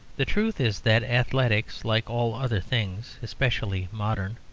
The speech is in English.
the truth is that athletics, like all other things, especially modern,